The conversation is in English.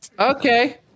Okay